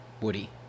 Woody